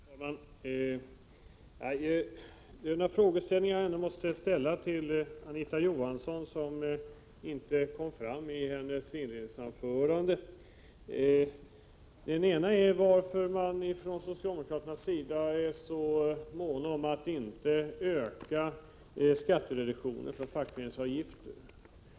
Herr talman! Det finns en del frågeställningar som jag måste ta upp med Anita Johansson och som inte berördes i hennes inledningsanförande. Den ena är varför socialdemokraterna är så måna om att inte öka skattereduktionen för fackföreningsavgifter.